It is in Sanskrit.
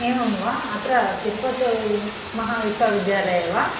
एवं वा अत्र तिरुपतौ महाविश्वविद्यालये वा